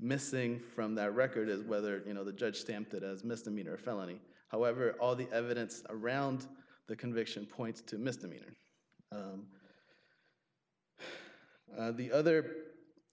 missing from their record is whether you know the judge stamped it as misdemeanor or felony however all the evidence around the conviction points to misdemeanors the other